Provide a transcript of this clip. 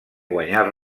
guanyar